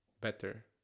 better